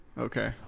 Okay